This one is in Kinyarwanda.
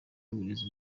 y’uburezi